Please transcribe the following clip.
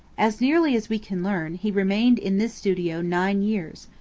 as nearly as we can learn, he remained in this studio nine years,